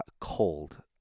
cold